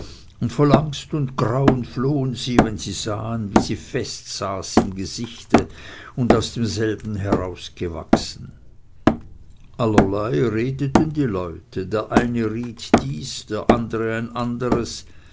und voll angst und grauen flohen sie wenn sie sahen wie sie fest saß im gesichte und aus demselben herausgewachsen allerlei redeten die leute der eine riet dies der andere ein anderes